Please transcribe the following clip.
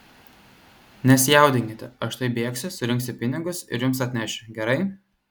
nesijaudinkite aš tuoj bėgsiu surinksiu pinigus ir jums atnešiu gerai